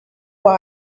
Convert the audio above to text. why